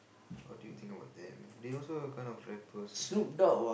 what do you think about them they also kind of rappers right